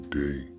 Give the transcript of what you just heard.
day